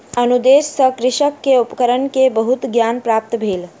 अनुदेश सॅ कृषक के उपकरण के बहुत ज्ञान प्राप्त भेल